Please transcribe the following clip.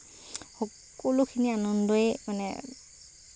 সকলোখিনি আনন্দই মানে